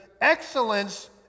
excellence